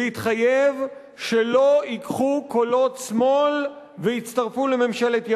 להתחייב שלא ייקחו קולות שמאל ויצטרפו לממשלת ימין.